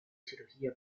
cirugía